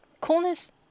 coolness